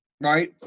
right